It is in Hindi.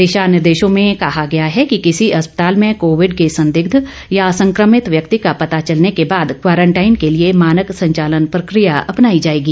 दिशा निर्देशों में कहा गया है कि किसी अस्पताल में कोविड के संदिग्ध या संक्रमित व्यक्ति का पता चलने के बाद क्वारंटाइन के लिए मानक संचालन प्रक्रिया अपनाई जाएगी